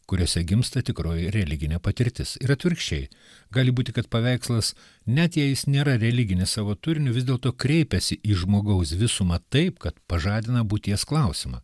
kuriose gimsta tikroji religinė patirtis ir atvirkščiai gali būti kad paveikslas net jei jis nėra religinis savo turiniu vis dėlto kreipiasi į žmogaus visumą taip kad pažadina būties klausimą